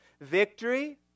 victory